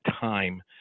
time